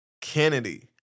Kennedy